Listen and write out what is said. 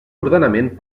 ordenament